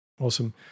Awesome